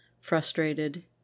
frustrated